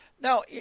Now